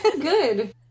Good